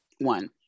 one